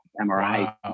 MRI